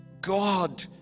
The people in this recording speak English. God